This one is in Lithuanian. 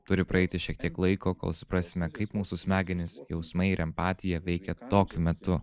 turi praeiti šiek tiek laiko kol suprasime kaip mūsų smegenys jausmai ir empatija veikia tokiu metu